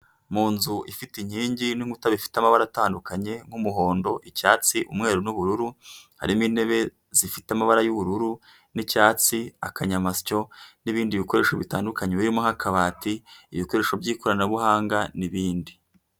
Mu nzu ifite inkingi n'inkuta bifite amabara atandukanye nk'umuhondo, icyatsi, umweru n'ubururu, harimo intebe zifite amabara y'ubururu n'icyatsi, akanyamasyo n'ibindi bikoresho bitandukanye birimo nk'akabati, ibikoresho by'ikoranabuhanga n'ibindi.